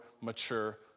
mature